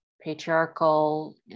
patriarchal